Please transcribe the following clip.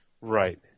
right